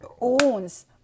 owns